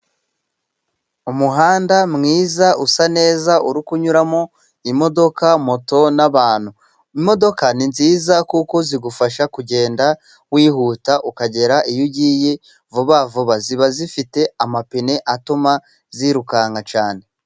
Umuhanda mwiza usa neza，uri kunyuramo imodoka，moto，n'abantu. Imodoka ni nziza kuko zigufasha kugenda wihuta，ukagera iyo ugiye vuba vuba， ziba zifite amapine atuma zirukanka cyane.